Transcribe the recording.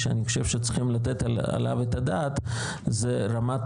שאני חושב שצריכים לתת עליו את הדעת זה רמת